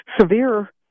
severe